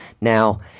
Now